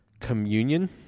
Communion